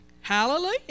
Hallelujah